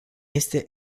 este